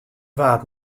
waard